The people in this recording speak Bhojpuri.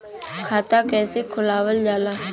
खाता कइसे खुलावल जाला?